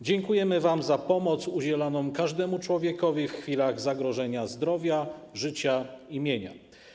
Dziękujemy wam za pomoc udzieloną każdemu człowiekowi w chwilach zagrożenia zdrowia, życia i mienia.